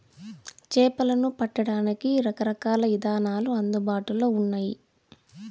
చేపలను పట్టడానికి రకరకాల ఇదానాలు అందుబాటులో ఉన్నయి